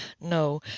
No